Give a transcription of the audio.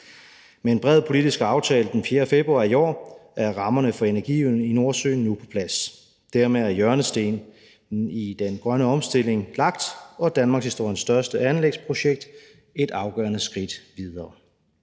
Med en bred politisk aftale den 4. februar i år er rammerne for energiøen i Nordsøen nu på plads. Dermed er hjørnestenen i den grønne omstilling lagt og danmarkshistoriens største anlægsprojekt et afgørende skridt videre.